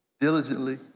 diligently